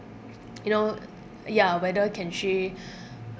you know ya whether can she